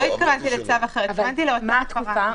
התכוונתי --- מה התקופה?